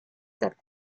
that